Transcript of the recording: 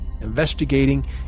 Investigating